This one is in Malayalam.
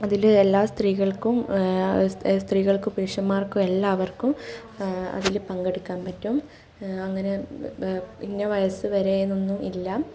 അതിൽഎല്ലാ സ്ത്രീകൾക്കും സ്ത്രീകൾക്കും പുരുഷന്മാർക്കും എല്ലാവർക്കും അതിൽ പങ്കെടുക്കാൻ പറ്റും അങ്ങനെ ഇന്ന വയസ്സ് വരെ എന്നൊന്നും ഇല്ല